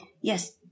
Yes